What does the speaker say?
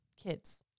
kids